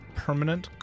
permanent